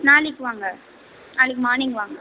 நாளைக்கு வாங்க நாளைக்கு மார்னிங் வாங்க